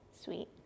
Sweet